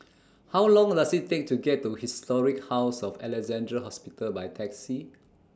How Long Does IT Take to get to Historic House of Alexandra Hospital By Taxi